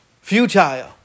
Futile